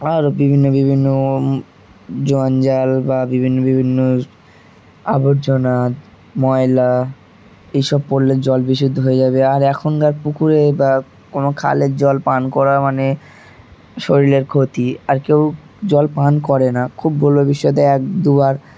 আরও বিভিন্ন বিভিন্ন জঞ্জাল বা বিভিন্ন বিভিন্ন আবর্জনা ময়লা এইসব পড়লে জল বিশুদ্ধ হয়ে যাবে আর এখনকার পুকুরে বা কোনো খালের জল পান করা মানে শরীরের ক্ষতি আর কেউ জল পান করে না খুব ভবিষ্যতে এক দুবার